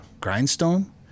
Grindstone